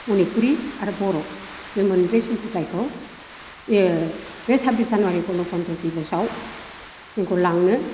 मनिपुरि आरो बर' बे मोनब्रै सम्फ्रदायखौ बे साबबिश जानुवारि गनतन्त्र' दिबशआव जोंखौ लांनो